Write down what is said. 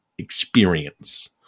experience